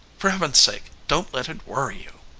for heaven's sake, don't let it worry you!